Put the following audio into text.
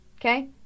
okay